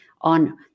on